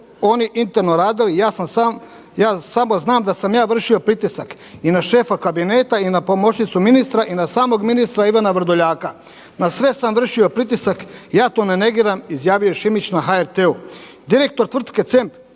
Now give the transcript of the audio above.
oni interno radili, ja samo znam da sam ja vršio pritisak i na šefa kabineta i na pomoćnicu ministra i na samog ministra Ivana Vrdoljaka. Na sve sam vršio pritisak, ja to ne negiram, izjavio je Šimić na HRT-u.